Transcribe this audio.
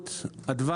עלות הדבר